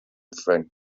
front